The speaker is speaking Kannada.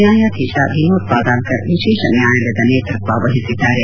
ನ್ನಾಯಾಧೀಶ ವಿನೋದ್ ಪಾದಾಲ್ತರ್ವಿಶೇಷ ನ್ನಾಯಾಲಯದ ನೇತೃತ್ವ ವಹಿಸಿದ್ದಾರೆ